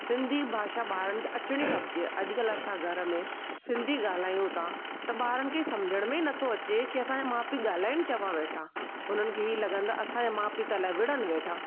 सिंधी भाषा ॿारनि खे अचणी खपिजे अॼु कल्ह असां घर में सिंधी ॻाल्हायूं था त ॿारनि खे सम्झण में न थो अचे की असांजा मां पीउ ॻाल्हाइनि चवां वेठा उन्हनि खे ई लॻंदो आहे असांजा मां पीउ त अलाए विढ़नि वेठा